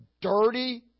dirty